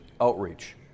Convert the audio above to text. Outreach